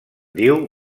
diu